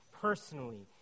Personally